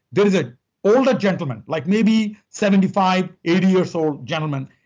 there is an older gentleman, like maybe seventy five, eighty years old gentleman.